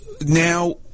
now